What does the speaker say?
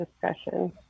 discussion